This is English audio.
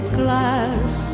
glass